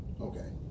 Okay